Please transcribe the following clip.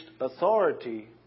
authority